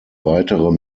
weitere